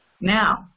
Now